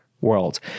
world